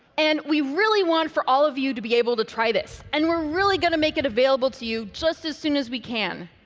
and we really want for all of you to be able to try this, and we're really going to make it available to you just as soon as we can.